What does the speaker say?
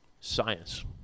science